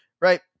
right